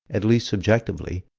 at least subjectively,